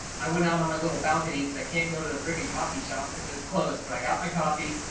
i went out on my little balcony because i can't go to the frickin coffee shop because it's closed, but i got my coffee,